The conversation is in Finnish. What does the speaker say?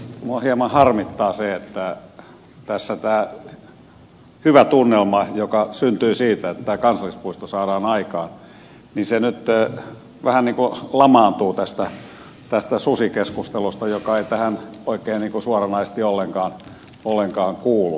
minua hieman harmittaa se että tässä tämä hyvä tunnelma joka syntyi siitä että tämä kansallispuisto saadaan aikaan nyt vähän lamaantuu tästä susikeskustelusta joka ei tähän oikein suoranaisesti ollenkaan kuulu